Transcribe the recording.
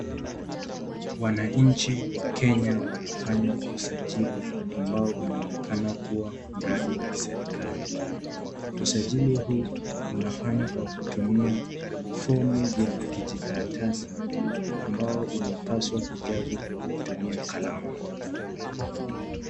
Wananchi wa Kenya wanafanya usajili ambao unaonekana kuwa mradi wa kiserikali. Usajili huu unafanywa kwa kutumia fomu vya kijikaratasi ambao uanapaswa kujazwa kwa kutumia kalamu.